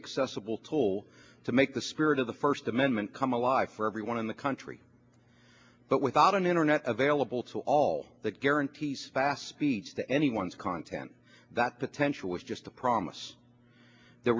accessible tool to make the spirit of the first amendment come alive for everyone in the country but without an internet available to all that guarantees fast speech to anyone's content that potential is just a promise the